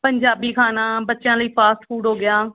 ਪੰਜਾਬੀ ਖਾਣਾ ਬੱਚਿਆਂ ਲਈ ਫਾਸਟ ਫੂਡ ਹੋ ਗਿਆ